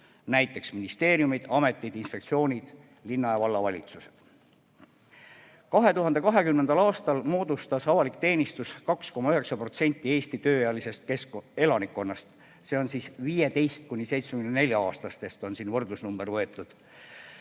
näiteks ministeeriumid, ametid, inspektsioonid, linna- ja vallavalitsused.2020. aastal moodustas avalik teenistus 2,9% Eesti tööealisest elanikkonnast, see on siis 15–74-aastastest. See on aastate lõikes